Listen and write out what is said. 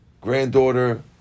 granddaughter